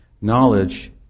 knowledge